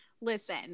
Listen